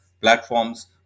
platforms